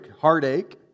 heartache